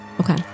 Okay